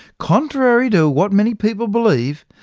contrary to what many people believe,